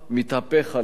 מתהפך עליו.